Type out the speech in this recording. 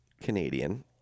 Canadian